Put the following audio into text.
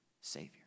savior